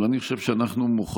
אבל אני אומר שאנחנו מוכרחים